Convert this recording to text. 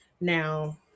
now